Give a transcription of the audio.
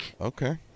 Okay